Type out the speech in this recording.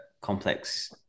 complex